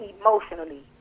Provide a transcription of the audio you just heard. emotionally